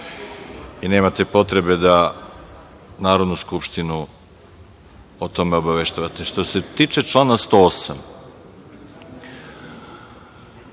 Nemate potrebe da Narodnu skupštinu o tome obaveštavate. Što se tiče člana 108,